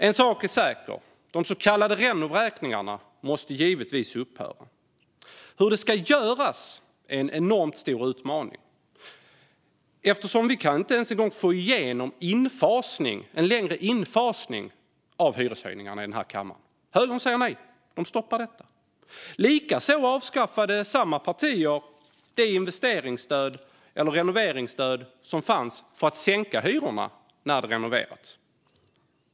En sak är säker: De så kallade renovräkningarna måste givetvis upphöra. Hur det ska göras är en enormt stor utmaning eftersom vi inte ens kan få igenom en längre infasning av hyreshöjningarna i den här kammaren. Högern säger nej; de stoppar detta. Samma partier avskaffade det renoveringsstöd som fanns för att sänka hyrorna när det renoverats.